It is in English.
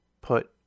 put